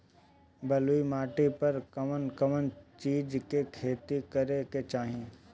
बलुई माटी पर कउन कउन चिज के खेती करे के चाही?